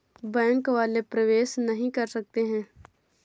Bank वाले प्रवेश नहीं करते हैं?